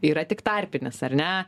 yra tik tarpinis ar ne